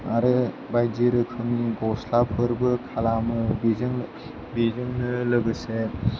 आरो बायदि रोखोमनि गस्लाफोरबो खालामो बेजोंनो लोगोसे